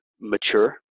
mature